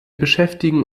beschäftigen